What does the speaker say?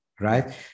right